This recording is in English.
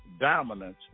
Dominance